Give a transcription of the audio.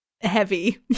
heavy